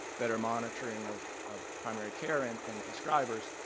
better monitoring of of primary care and and prescribers,